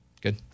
Good